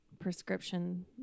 prescription